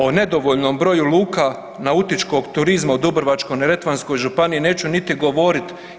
O nedovoljnom broju luka nautičkog turizma u Dubrovačko-neretvanskoj županiji neću niti govorit.